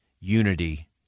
unity